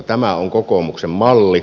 tämä on kokoomuksen malli